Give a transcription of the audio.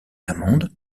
amende